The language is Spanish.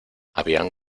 habían